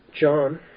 John